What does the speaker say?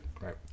Right